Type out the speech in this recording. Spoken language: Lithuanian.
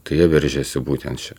tai jie veržiasi būtent čia